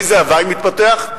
איזה הווי מתפתח?